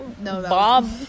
Bob